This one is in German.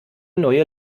neue